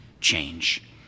change